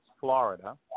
Florida